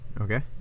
Okay